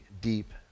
deep